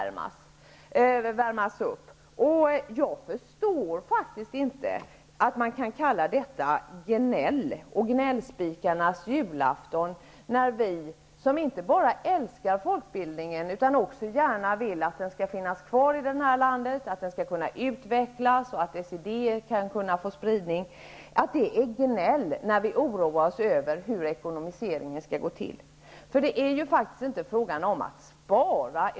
Jag förstår faktiskt inte att man kan kalla det gnäll och ''gnällspikarnas julafton'' när vi, som inte bara älskar folkbildningen utan också vill att den skall finnas kvar i det här landet, att den skall kunna utvecklas och att dess idéer skall kunna få spridning, oroar oss över hur ekonomin skall gå ihop. Det är i det här fallet faktiskt inte fråga om att spara.